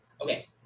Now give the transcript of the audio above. Okay